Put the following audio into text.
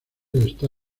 está